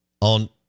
On